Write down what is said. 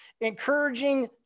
encouraging